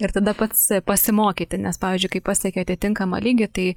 ir tada pats pasimokyti nes pavyzdžiui kai pasieki atitinkamą lygį tai